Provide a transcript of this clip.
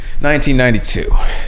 1992